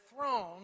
throne